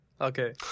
Okay